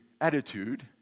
attitude